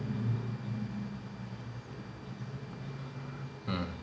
mm